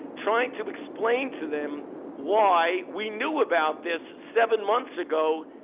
trying to explain to them why we knew about this seven months ago.